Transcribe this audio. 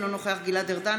אינו נוכח גלעד ארדן,